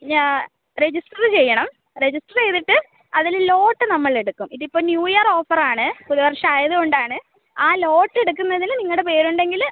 പിന്നെ രജിസ്റ്റർ ചെയ്യണം രജിസ്റ്റർ ചെയ്തിട്ട് അതിൽ ലോട്ട് നമ്മൾ എടുക്കും ഇതിപ്പോൾ ന്യൂ ഇയർ ഓഫറാണ് പുതുവർഷം ആയത് കൊണ്ട് ആണ് ആ ലോട്ട് എടുക്കുന്നതിൽ നിങ്ങളുടെ പേര് ഉണ്ടെങ്കിൽ